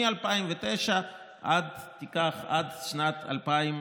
מ-2009 עד שנת 2021,